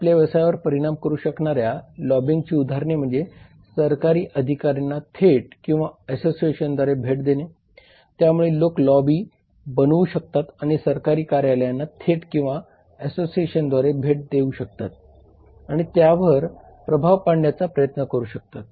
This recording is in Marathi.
आपल्या व्यवसायावर परिणाम करू शकणाऱ्या लॉबिंगची उदाहरणे म्हणजे सरकारी अधिकाऱ्यांना थेट किंवा असोसिएशनद्वारे भेट देणे त्यामुळे लोक लॉबी बनवू शकतात आणि सरकारी कार्यालयांना थेट किंवा असोसिएशनद्वारे भेट देऊ शकतात आणि त्यावर प्रभाव पाडण्याचा प्रयत्न करू शकतात